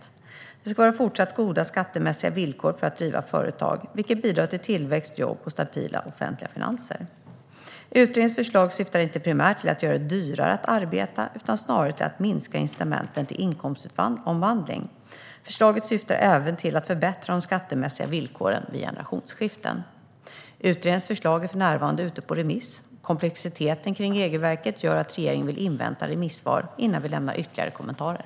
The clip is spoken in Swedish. Det ska vara fortsatt goda skattemässiga villkor för att driva företag, vilket bidrar till tillväxt, jobb och stabila offentliga finanser. Utredningens förslag syftar inte primärt till att göra det dyrare att arbeta utan snarare till att minska incitamenten till inkomstomvandling. Förslaget syftar även till att förbättra de skattemässiga villkoren vid generationsskiften. Utredningens förslag är för närvarande ute på remiss. Komplexiteten kring regelverket gör att regeringen vill invänta remissvar innan vi lämnar ytterligare kommentarer.